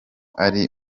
ari